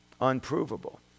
unprovable